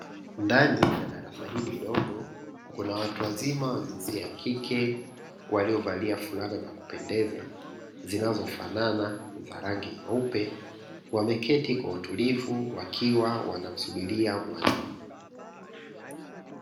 Ndani ya darasa hili dogo kuna watu wazima wa jinsia ya kike, waliovalia fulana za kupendeza zinazofanana za rangi nyeupe wameketi kwa utulivu wakiwa wanamsubiria mwalimu.